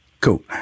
Cool